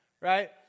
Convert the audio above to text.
right